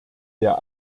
der